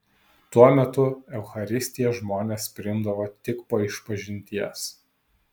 tuo metu eucharistiją žmonės priimdavo tik po išpažinties